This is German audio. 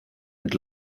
mit